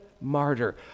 martyr